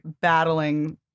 battling